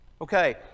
Okay